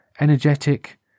energetic